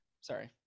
Sorry